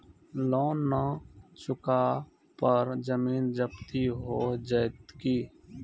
Loan न चुका पर जमीन जब्ती हो जैत की?